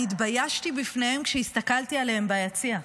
אני התביישתי בפניהם כשהסתכלתי עליהם ביציע,